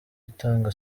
itanga